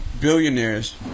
billionaires